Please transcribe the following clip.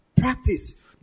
Practice